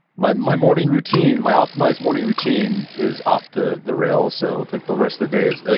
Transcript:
my my morning routine, my optimized morning routine is off the the rails, so like the rest of the day is,